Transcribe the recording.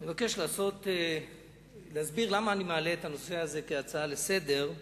אני מבקש להסביר למה אני מעלה את הנושא הזה כהצעה לסדר-היום.